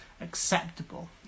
acceptable